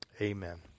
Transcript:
Amen